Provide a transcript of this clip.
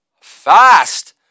fast